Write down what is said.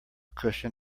cushion